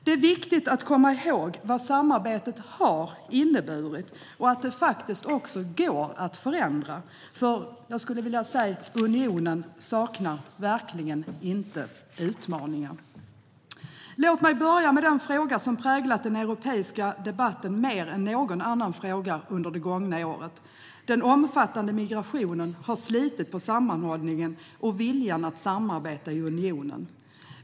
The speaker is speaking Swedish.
Det är viktigt att komma ihåg vad samarbetet har inneburit och att det faktiskt också går att förändra, för unionen saknar som sagt inte utmaningar. Låt mig börja med den fråga som har präglat den europeiska debatten mer än någon annan fråga under det gångna året. Den omfattande migrationen har slitit på sammanhållningen och viljan att samarbeta i unionen.